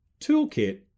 toolkit